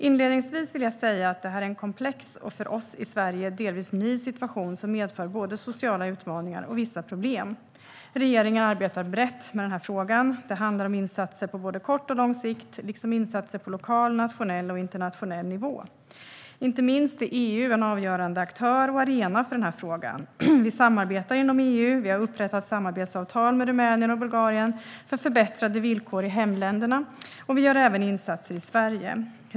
Inledningsvis vill jag säga att detta är en komplex och för oss i Sverige delvis ny situation som medför både sociala utmaningar och vissa problem. Regeringen arbetar brett med denna fråga. Det handlar om insatser på både kort och lång sikt liksom insatser på lokal, nationell och internationell nivå. Inte minst är EU en avgörande aktör och arena för denna fråga. Vi samarbetar inom EU, vi har upprättat samarbetsavtal med Rumänien och Bulgarien för förbättrade villkor i hemländerna och vi gör även insatser i Sverige.